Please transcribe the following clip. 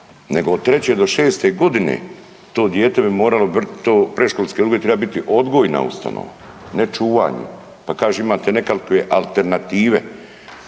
nego od 3. do 6. godine to dijete bi moralo, to predškolski odgoj treba biti odgojna ustanova. Ne čuvanje. Pa kaže imate nekakve alternative